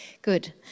Good